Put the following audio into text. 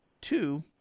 Two